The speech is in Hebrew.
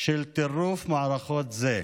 של טירוף מערכות זה.